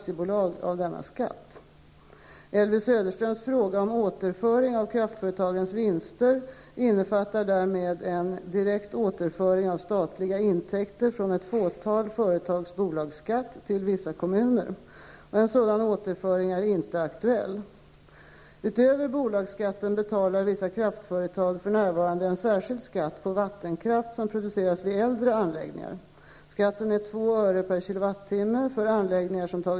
Elvy Söderströms fråga om återföring av kraftföretagens vinster innefattar därmed en direkt återföring av statliga intäkter från ett fåtal företags bolagsskatt till vissa kommuner. En sådan återföring är inte aktuell. Utöver bolagsskatten betalar vissa kraftföretag för närvarande en särskild skatt på vattenkraft som produceras vid äldre anläggnignar.